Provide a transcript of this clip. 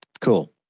Cool